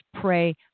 pray